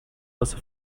واسه